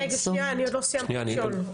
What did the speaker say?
אני לא סיימתי לשאול.